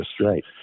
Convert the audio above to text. Right